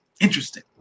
interesting